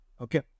okay